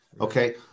okay